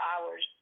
hours